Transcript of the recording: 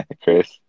Chris